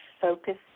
focus